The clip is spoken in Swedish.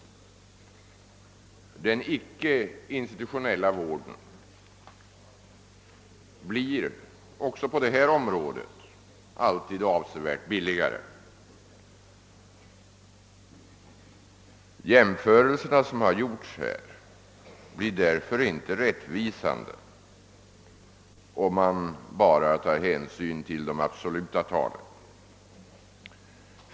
Den icke institutionella vården ställer sig också på detta område alltid avsevärt billigare. De jämförelser som här gjorts blir därför inte rättvisande, om man bara tar hänsyn till de absoluta talen.